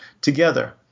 together